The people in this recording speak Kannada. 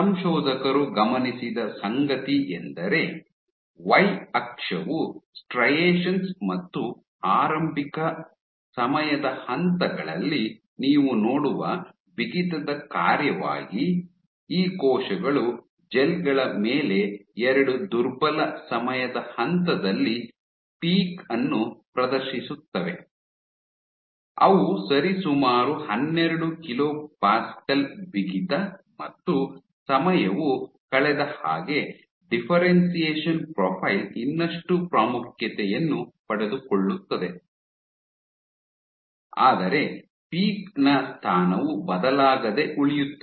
ಸಂಶೋಧಕರು ಗಮನಿಸಿದ ಸಂಗತಿಯೆಂದರೆ ವೈ ಅಕ್ಷವು ಸ್ಟ್ರೈಯೆಷನ್ಸ್ ಮತ್ತು ಆರಂಭಿಕ ಸಮಯದ ಹಂತಗಳಲ್ಲಿ ನೀವು ನೋಡುವ ಬಿಗಿತದ ಕಾರ್ಯವಾಗಿ ಈ ಕೋಶಗಳು ಜೆಲ್ ಗಳ ಮೇಲೆ ಎರಡು ದುರ್ಬಲ ಸಮಯದ ಹಂತದಲ್ಲಿ ಪೀಕ್ ಅನ್ನು ಪ್ರದರ್ಶಿಸುತ್ತವೆ ಅವು ಸರಿಸುಮಾರು ಹನ್ನೆರಡು ಕಿಲೋ ಪ್ಯಾಸ್ಕೇಲ್ ಬಿಗಿತ ಮತ್ತು ಸಮಯವು ಕಳೆದಹಾಗೆ ಡಿಫ್ಫೆರೆನ್ಶಿಯೇಷನ್ ಪ್ರೊಫೈಲ್ ಇನ್ನಷ್ಟು ಪ್ರಾಮುಖ್ಯತೆಯನ್ನು ಪಡೆದುಕೊಳ್ಳುತ್ತದೆ ಆದರೆ ಪೀಕ್ ನ ಸ್ಥಾನವು ಬದಲಾಗದೆ ಉಳಿಯುತ್ತದೆ